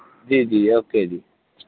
जी जी ओके जी